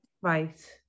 Right